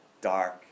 dark